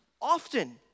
often